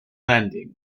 landing